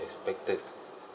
expected